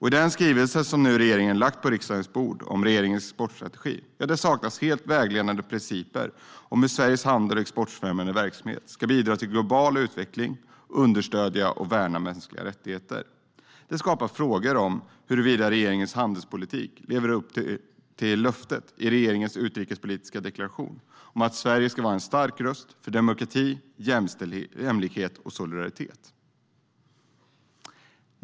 I den skrivelse som regeringen nu lagt på riksdagens bord om regeringens exportstrategi saknas helt vägledande principer för hur Sveriges handel och exportfrämjande verksamhet ska bidra till global utveckling och understödja och värna mänskliga rättigheter. Detta skapar frågor om huruvida regeringens handelspolitik lever upp till löftet i regeringens utrikespolitiska deklaration från år 2015 om att Sverige ska vara en stark röst för "demokrati, jämlikhet och solidaritet".